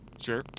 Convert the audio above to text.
Sure